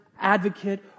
advocate